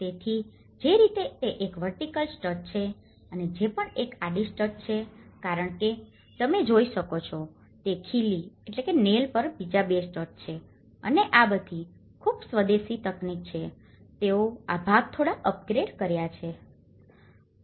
તેથી જે રીતે તે એક વર્ટીકલ સ્ટડ છે અને જે પણ એક આડી સ્ટડ છે કારણ કે તમે જોઈ સકો છો તે ખીલી પર બીજા બે સ્ટડ છે અને આ બધી ખૂબ સ્વદેશી તકનીક છે તેઓ આ ભાગ થોડા અપગ્રેડ કર્યા છે